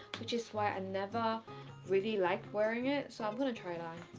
which is why i never really like wearing it. so i'm gonna try it on